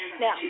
Now